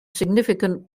significant